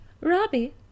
Robbie